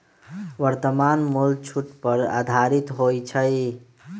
वर्तमान मोल छूट पर आधारित होइ छइ